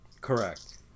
Correct